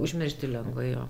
užmiršti lengva jo